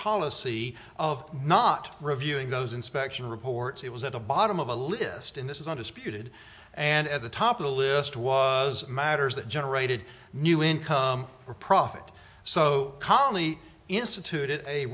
policy of not reviewing those inspection reports it was at the bottom of the list and this is undisputed and at the top of the list was matters that generated new income or profit so calmly instituted a